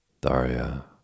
Darya